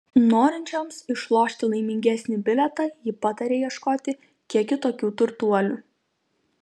norinčioms išlošti laimingesnį bilietą ji pataria ieškoti kiek kitokių turtuolių